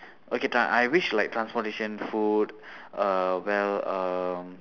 okay tra~ I wish like transportation food uh well uh